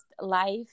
life